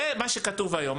זה מה שכתוב היום.